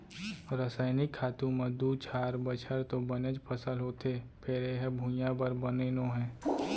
रसइनिक खातू म दू चार बछर तो बनेच फसल होथे फेर ए ह भुइयाँ बर बने नो हय